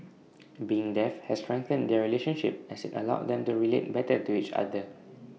being deaf has strengthened their relationship as IT allowed them to relate better to each other